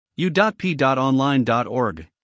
u.p.online.org